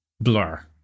blur